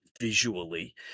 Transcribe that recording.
visually